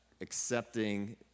accepting